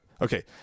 okay